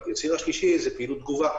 הציר השלישי הוא פעילות תגובה,